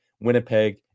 Winnipeg